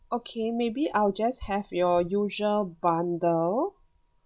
okay maybe I will just have your usual bundle